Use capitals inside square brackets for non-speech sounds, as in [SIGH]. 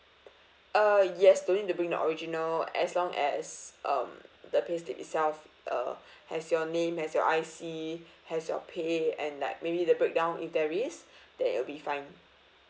[NOISE] uh yes don't need to bring the original as long as um the payslip itself uh [BREATH] has your name has your I_C [BREATH] has your pay and like maybe the breakdown if there is [BREATH] then it'll be fine